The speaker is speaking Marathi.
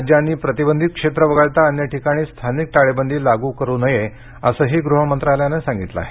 राज्यांनी प्रतिबंधित क्षेत्र वगळता अन्य ठिकाणी स्थानिक टाळेबंदी लागू करू नये असंही गृह मंत्रालयानं सांगितलं आहे